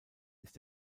ist